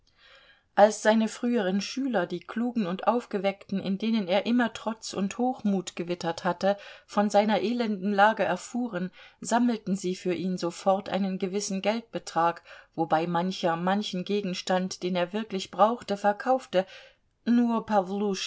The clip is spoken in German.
als seine früheren schüler die klugen und aufgeweckten in denen er immer trotz und hochmut gewittert hatte von seiner elenden lage erfuhren sammelten sie für ihn sofort einen gewissen geldbetrag wobei mancher manchen gegenstand den er wirklich brauchte verkaufte nur